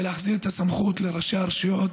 ולהחזיר את הסמכות לראשי הרשויות.